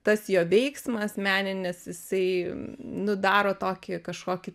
tas jo veiksmas meninis jisai nu daro tokį kažkokį